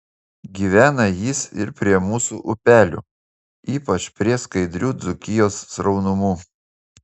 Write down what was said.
gyvena jis ir prie mūsų upelių ypač prie skaidrių dzūkijos sraunumų